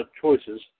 choices